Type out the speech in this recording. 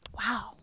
wow